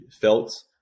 felt